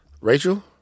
Rachel